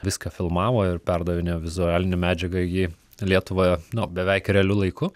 viską filmavo ir perdavinėjo vizualinę medžiagą į lietuvą nu beveik realiu laiku